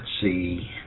see